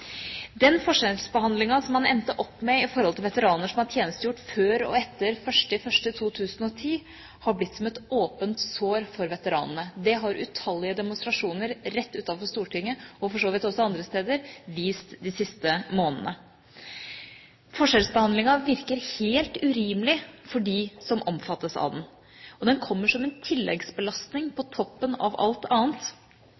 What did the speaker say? Den forskjellsbehandlingen som man endte opp med når det gjaldt veteraner som har tjenestegjort før 1. januar 2010, og veteraner som har tjenestegjort etter 1. januar 2010, har blitt som et åpent sår for veteranene. Det har utallige demonstrasjoner rett utenfor Stortinget – og for så vidt også andre steder – vist de siste månedene. Forskjellsbehandlingen virker helt urimelig for dem som omfattes av den, og den kommer som en tilleggsbelastning på